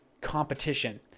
competition